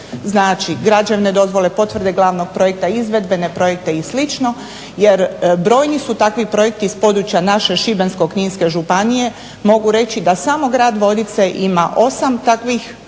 znači građevne dozvole, potvrde glavnog projekta, izvedbene projekte i sl. jer brojni su takvi projekti s područja naše Šibensko-kninske županije, mogu reći da samo grad Vodice ima 9 takvih dozvola